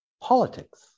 politics